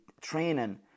training